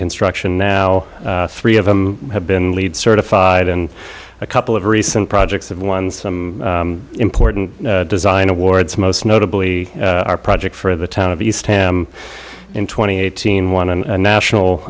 construction now three of them have been lead certified and a couple of recent projects have won some important design awards most notably our project for the town of east him in twenty eighteen one and national